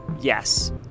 Yes